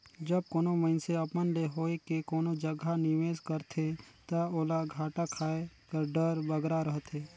जब कानो मइनसे अपन ले होए के कोनो जगहा निवेस करथे ता ओला घाटा खाए कर डर बगरा रहथे